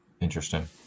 Interesting